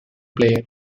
player